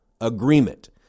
agreement